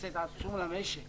הפסד עצום למשק.